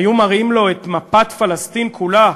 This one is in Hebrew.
היו מראים לו את מפת פלסטין כולה,